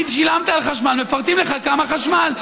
שילמת על חשמל, מפרטים לך כמה חשמל.